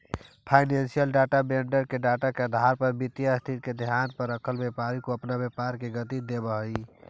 financial data vendor के data के आधार पर वित्तीय स्थिति के ध्यान में रखल व्यापारी के अपना व्यापार के गति देवऽ हई